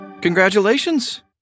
Congratulations